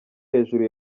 hejuru